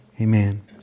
Amen